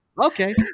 okay